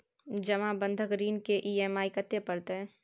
जमा बंधक ऋण के ई.एम.आई कत्ते परतै?